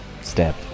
step